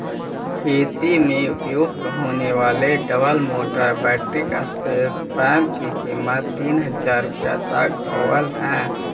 खेती में प्रयुक्त होने वाले double motor battery spray pump की कीमत तीन हज़ार रुपया तक होवअ हई